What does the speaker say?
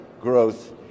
growth